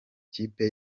kipe